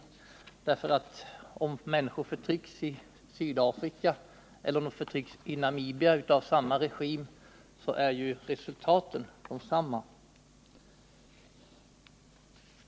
Oavsett om det är människor i Sydafrika eller människor i Namibia som förtrycks — av samma regim — blir resultatet detsamma.